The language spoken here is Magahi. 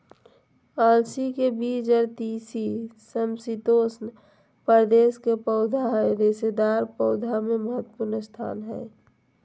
अलसी के बीज आर तीसी समशितोष्ण प्रदेश के पौधा हई रेशेदार पौधा मे महत्वपूर्ण स्थान हई